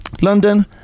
London